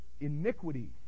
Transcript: iniquity